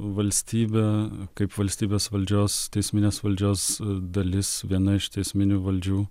valstybę kaip valstybės valdžios teisminės valdžios dalis viena iš esminių valdžių